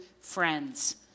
friends